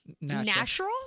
natural